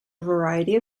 variety